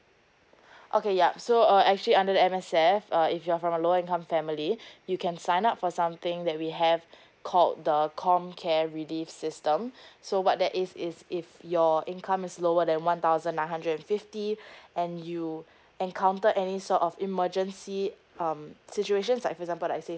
okay ya so uh actually under the M_S_F if you're from a lower income family you can sign up for something that we have called the comcare relief system so what that is is if your income is lower than one thousand nine hundred fifty and you encounter any sort of emergency um situation's like example like say